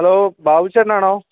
hello Babu ചേട്ടനാണോ